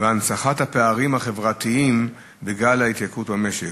הנצחת הפערים החברתיים וגל ההתייקרויות במשק,